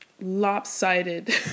lopsided